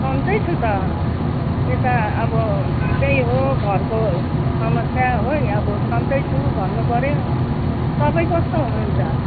सन्चै छु त यता अब त्यही हो घरको समस्या हो अब सन्चै छु भन्नु पऱ्यो तपाईँ कस्तो हुनुहुन्छ